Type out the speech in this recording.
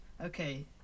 Okay